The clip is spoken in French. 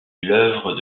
l’œuvre